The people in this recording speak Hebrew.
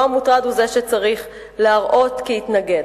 לא המוטרד הוא זה שצריך להראות כי התנגד.